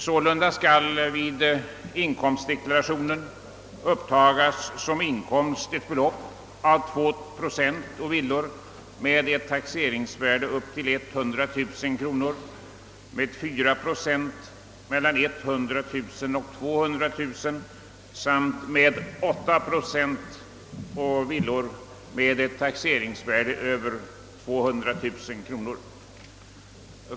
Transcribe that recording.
Sålunda skall vid inkomstdeklarationen upptagas som inkomst ett belopp av 2 procent på villor med ett taxeringsvärde upp till 100 000 kronor, 4 procent mellan 100 000 och 200 000 kronor samt 8 procent å villor med ett taxeringsvärde över 200 000 kronor.